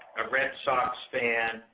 a red sox fan,